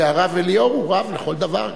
הרב ליאור הוא רב לכל דבר.